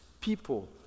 people